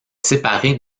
séparée